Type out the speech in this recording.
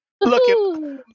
Look